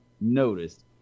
noticed